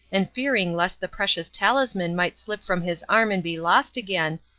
and fearing lest the precious talisman might slip from his arm and be lost again,